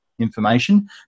information